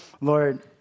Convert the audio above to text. lord